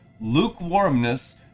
Lukewarmness